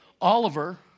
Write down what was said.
Oliver